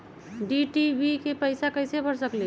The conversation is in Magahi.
डिस टी.वी के पैईसा कईसे भर सकली?